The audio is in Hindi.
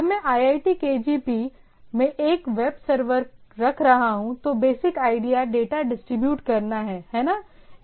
जब मैं IIT KGP में एक वेब सर्वर रख रहा हूं तो बेसिक आईडिया डेटा डिस्ट्रीब्यूट करना है है ना